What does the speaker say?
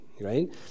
right